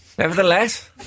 Nevertheless